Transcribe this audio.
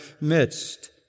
midst